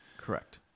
Correct